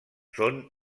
són